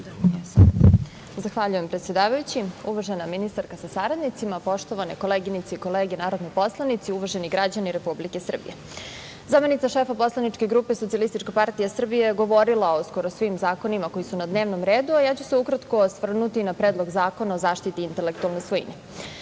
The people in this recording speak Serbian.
Zahvaljujem predsedavajući, uvažena ministarka sa saradnicima, poštovane kolege i koleginice narodni poslanici, uvaženi građani Republike Srbije, zamenica šefa poslaničke grupe SPS je govorila o skoro svim zakonima koji su na dnevnom redu, a ja ću se ukratko osvrnuti na Predlog zakona o zaštiti intelektualne svojine. Vreme